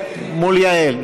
מול יעל.